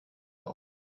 auf